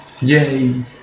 Yay